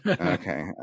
Okay